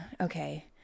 okay